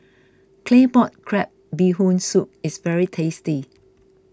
Claypot Crab Bee Hoon Soup is very tasty